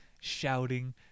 Shouting